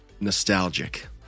Nostalgic